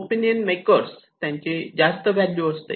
opinion makers त्यांची जास्त value असते